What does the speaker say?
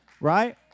right